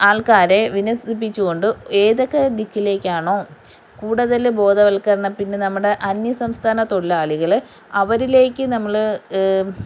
ആൾക്കാരെ വിന്യസിപ്പിച്ചുകൊണ്ട് ഏതൊക്കെ ദിക്കിലേക്കാണോ കൂടുതൽ ബോധവൽക്കരണം പിന്നെ നമ്മുടെ അന്യസംസ്ഥാന തൊഴിലാളികൾ അവരിലേക്ക് നമ്മൾ